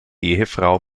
ehefrau